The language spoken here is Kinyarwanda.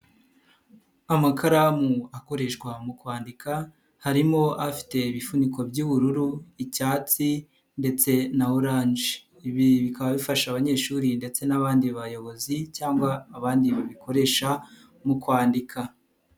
Amakaramu akoreshwa mu kwandika harimo afite ibifuniko by'ubururu, icyatsi ndetse na oranje, ibi bikaba bifasha abanyeshuri ndetse n'abandi bayobozi cyangwa abandi babikoresha mu kwandika.